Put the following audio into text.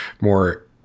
more